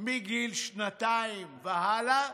מגיל שנתיים והלאה,